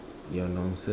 your nonsense